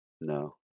No